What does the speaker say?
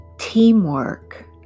teamwork